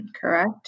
correct